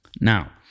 Now